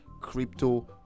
crypto